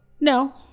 No